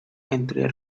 entre